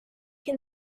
can